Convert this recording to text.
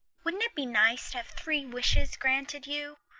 wouldn't it be nice to have three wishes granted you.